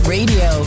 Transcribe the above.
Radio